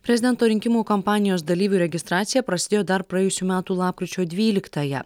prezidento rinkimų kampanijos dalyvių registracija prasidėjo dar praėjusių metų lapkričio dvyliktąją